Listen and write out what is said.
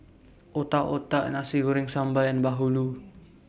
Otak Otak Nasi Goreng Sambal and Bahulu